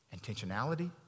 intentionality